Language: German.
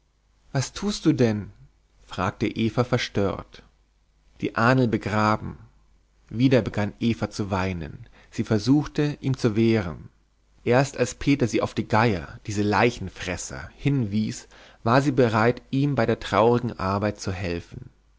was tust du denn fragte eva verstört die ahnl begraben wieder begann eva zu weinen sie versuchte ihm zu wehren erst als peter sie auf die geier diese leichenfresser hinwies war sie bereit ihm bei der traurigen arbeit zu helfen